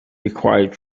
required